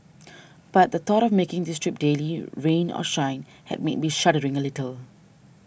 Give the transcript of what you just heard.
but the thought of making this trip daily rain or shine had me be shuddering a little